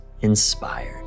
inspired